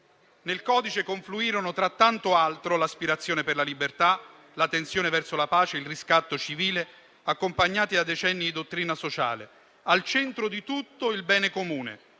Nel codice confluirono, tra tanto altro, l'aspirazione per la libertà, la tensione verso la pace, il riscatto civile, accompagnati da decenni dottrina sociale. Al centro di tutto il bene comune